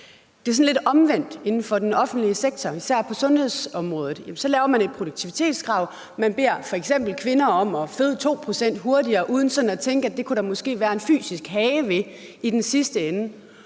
Det er sådan lidt omvendt inden for den offentlige sektor, især på sundhedsområdet. Der laver man et produktivitetskrav – man beder f.eks. kvinder om at føde 2 pct. hurtigere uden at tænke, at det kunne der i den sidste ende